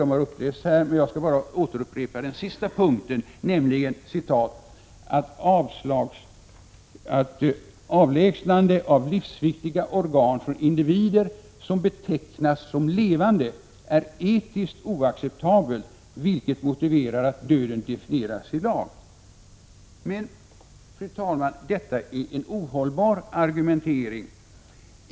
De har lästs upp här, och jag skall bara upprepa den sista punkten, nämligen ”att avlägsnande av livsviktiga organ från individer, som betecknas som levande, är etiskt oacceptabelt, vilket motiverar att döden definieras i lag”. Men, fru talman, detta är en ohållbar argumentering.